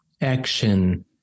action